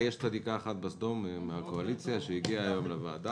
יש צדיקה אחת בסדום מן הקואליציה שהגיעה היום לוועדה,